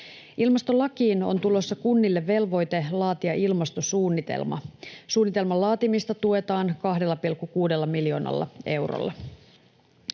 Ilmastolakiin on tulossa kunnille velvoite laatia ilmastosuunnitelma. Suunnitelman laatimista tuetaan 2,6 miljoonalla eurolla.